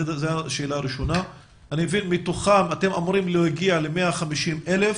אני מבין שמתוכם אתם אמורים להגיע ל-150,000.